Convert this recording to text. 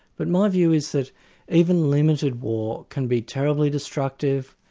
but my view is that even limited war can be terribly destructive,